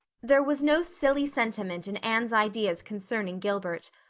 there was no silly sentiment in anne's ideas concerning gilbert.